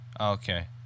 okay